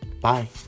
Bye